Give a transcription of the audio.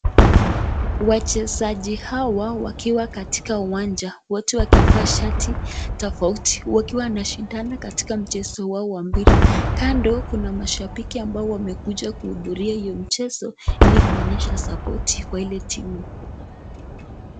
Wachezaji hawa wakiwa katika uwanja, wote wakivaa shati tofauti wakiwa wanashindana katika mchezo wao wa mpira. Kando kuna mashambiki ambao wamekuja kuhudhuria hio mchezo ili kuonyesha support kwa ile timu.